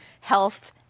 health